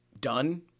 Done